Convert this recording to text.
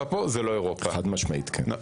חד משמעית כן.